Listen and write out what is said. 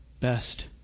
best